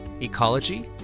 ecology